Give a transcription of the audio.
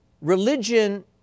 religion